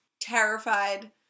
terrified